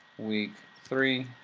week three.